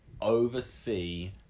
oversee